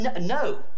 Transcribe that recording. No